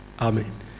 Amen